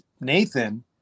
Nathan